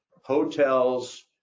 hotels